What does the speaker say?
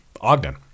Ogden